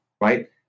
right